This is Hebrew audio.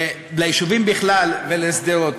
ליישובים בכלל ולשדרות.